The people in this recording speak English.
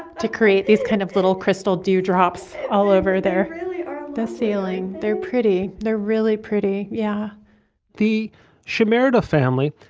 to create these kind of little crystal dew drops all over there really? the ceiling. they're pretty. they're really pretty. yeah the show married a family.